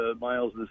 Miles